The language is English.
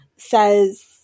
says